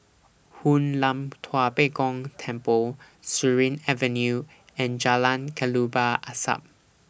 Hoon Lam Tua Pek Kong Temple Surin Avenue and Jalan Kelabu Asap